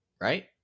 right